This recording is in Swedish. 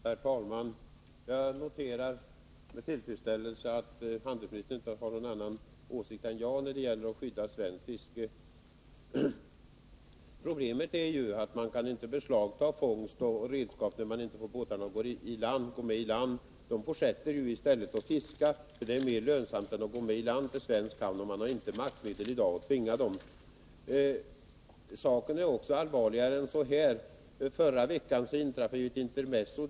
Herr talman! Jag noterar med tillfredsställelse att handelsministern inte har någon annan åsikt än jag när det gäller att skydda svenskt fiske. Problemet är ju att man inte kan beslagta fångst och redskap, då man inte får båtarna att gå in till land. I stället fortsätter besättningarna på båtarna att fiska, eftersom detta är mer lönsamt än att gå in i svensk hamn. I dag finns det ju inte några maktmedel att tvinga båtarna att göra detta. Saken är också allvarligare än man kan tro. Förra veckan inträffade ett intermezzo.